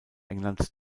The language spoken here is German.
england